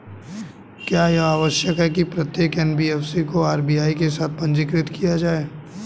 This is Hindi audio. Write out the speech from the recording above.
क्या यह आवश्यक है कि प्रत्येक एन.बी.एफ.सी को आर.बी.आई के साथ पंजीकृत किया जाए?